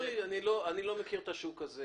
אני לא מכיר את השוק הזה.